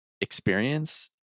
experience